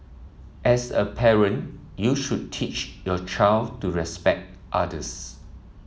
as a parent you should teach your child to respect others